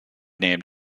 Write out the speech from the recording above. named